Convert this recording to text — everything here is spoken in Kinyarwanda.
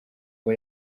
uwo